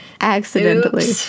Accidentally